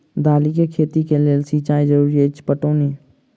दालि केँ खेती केँ लेल सिंचाई जरूरी अछि पटौनी?